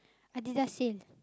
Adidas sale